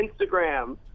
Instagram